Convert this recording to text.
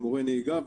מורי נהיגה,